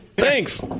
Thanks